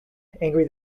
angry